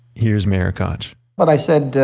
here's mayor koch what i said,